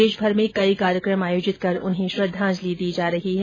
देशभर में कई कार्यक्रम आयोजित कर उन्हें श्रद्दाजंलि दी जा रही है